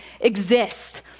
exist